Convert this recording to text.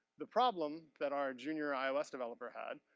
the problem that our junior ios developer had,